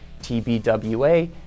TBWA